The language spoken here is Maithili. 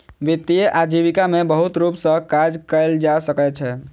वित्तीय आजीविका में बहुत रूप सॅ काज कयल जा सकै छै